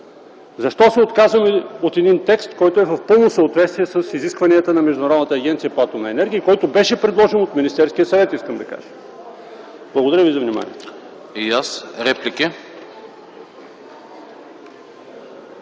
Защо се отказваме от един текст, който е в пълно съответствие с изискванията на Международната агенция по атомна енергия и който беше предложен от Министерския съвет? Благодаря ви за вниманието.